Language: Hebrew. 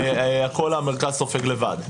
הכול המרכז סופג לבד.